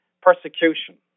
persecution